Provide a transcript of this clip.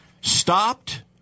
stopped